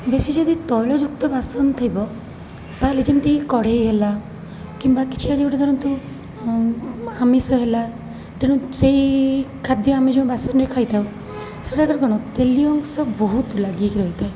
ବେଶୀ ଯଦି ତୈଳଯୁକ୍ତ ବାସନ ଥିବ ତାହାଲେ ଯେମିତିକି କଢ଼େଇ ହେଲା କିମ୍ବା କିଛି ଗୋଟେ ଯେଉଁଟା ଧରନ୍ତୁ ଆମିଷ ହେଲା ତେଣୁ ସେଇ ଖାଦ୍ୟ ଆମେ ଯେଉଁ ବାସନରେ ଖାଇଥାଉ ସେଗୁଡ଼ାକରେ କ'ଣ ତେଲିଆଅଂଶ ବହୁତ ଲାଗିକି ରହିଥାଏ